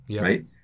right